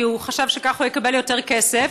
כי הוא חשב שכך הוא יקבל יותר כסף.